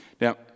Now